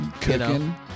Cooking